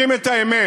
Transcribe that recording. יודעים את האמת: